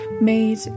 made